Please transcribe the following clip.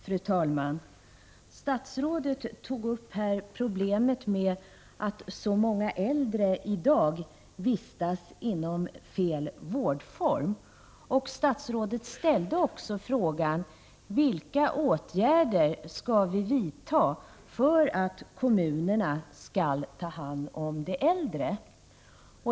Fru talman! Statsrådet tog här upp problemet att så många äldre i dag vistas inom fel vårdform. Statsrådet ställde också frågan vilka åtgärder vi skall vidta för att kommunerna skall ta hand om de äldre.